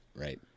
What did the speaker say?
Right